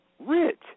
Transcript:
rich